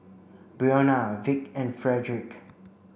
Brionna Vick and Frederic